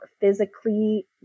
physically